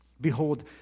Behold